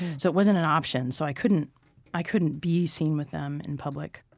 so it wasn't an option. so i couldn't i couldn't be seen with them in public